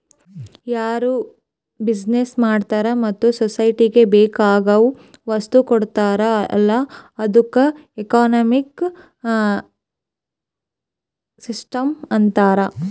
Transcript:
ಯಾರು ಬಿಸಿನೆಸ್ ಮಾಡ್ತಾರ ಮತ್ತ ಸೊಸೈಟಿಗ ಬೇಕ್ ಆಗಿವ್ ವಸ್ತು ಕೊಡ್ತಾರ್ ಅಲ್ಲಾ ಅದ್ದುಕ ಎಕನಾಮಿಕ್ ಸಿಸ್ಟಂ ಅಂತಾರ್